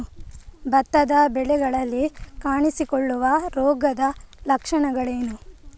ಭತ್ತದ ಬೆಳೆಗಳಲ್ಲಿ ಕಾಣಿಸಿಕೊಳ್ಳುವ ರೋಗದ ಲಕ್ಷಣಗಳೇನು?